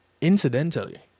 Incidentally